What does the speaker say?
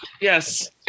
Yes